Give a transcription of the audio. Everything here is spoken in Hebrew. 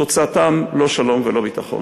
ותוצאתם לא שלום ולא ביטחון.